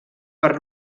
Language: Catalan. per